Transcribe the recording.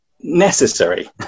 necessary